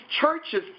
churches